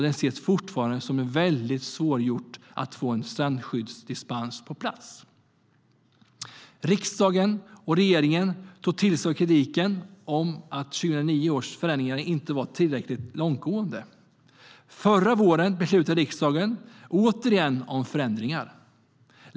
Det ses fortfarande som väldigt svårgjort att få en strandskyddsdispens på plats. Riksdagen och regeringen tog till sig av kritiken om att 2009 års förändringar inte var tillräckligt långtgående. Förra våren beslutade riksdagen återigen om förändringar.